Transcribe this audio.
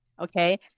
Okay